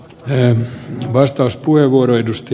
arvoisa herra puhemies